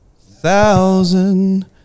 thousand